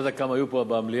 לא יודע כמה היו פה במליאה,